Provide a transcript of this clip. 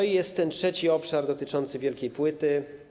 I jest ten trzeci obszar dotyczący wielkiej płyty.